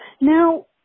Now